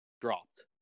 dropped